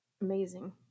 amazing